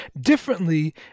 differently